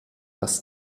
dass